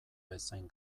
bezain